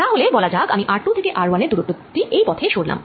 তাহলে বলা যাক আমি r2 থেকে r1 এর দুরত্ব টী এই পথে সরলাম